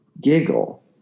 giggle